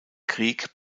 krieg